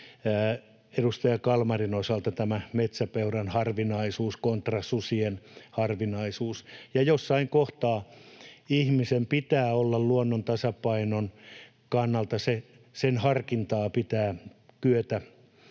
edustaja Kalmarin osalta tämä metsäpeuran harvinaisuus kontra susien harvinaisuus, ja jossain kohtaa ihmisen pitää luonnon tasapainon kannalta harkintaa kyetä